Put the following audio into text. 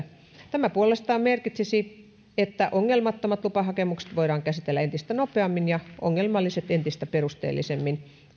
tämä puolestaan merkitsisi että ongelmattomat lupahakemukset voidaan käsitellä entistä nopeammin ja ongelmalliset entistä perusteellisemmin